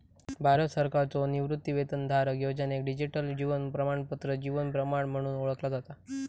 भारत सरकारच्यो निवृत्तीवेतनधारक योजनेक डिजिटल जीवन प्रमाणपत्र जीवन प्रमाण म्हणून ओळखला जाता